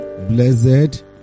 blessed